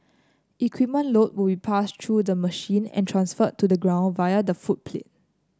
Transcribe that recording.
equipment load will be passed through the machine and transferred to the ground via the footplate